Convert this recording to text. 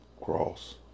cross